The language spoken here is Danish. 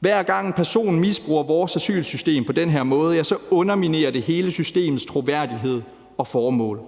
Hver gang en person misbruger vores asylsystem på den her måde, underminerer det hele systemets troværdighed og formål.